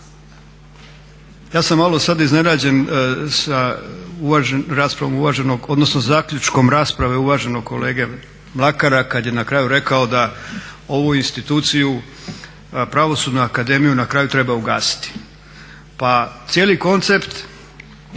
Ja sam malo sad iznenađen sa raspravom uvaženog, odnosno zaključkom rasprave uvaženog kolege Mlakara kad je na kraju rekao da ovu instituciju, Pravosudnu akademiju na kraju treba ugasiti. Pa cijeli koncept